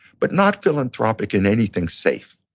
but not philanthropic in anything safe.